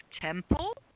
temple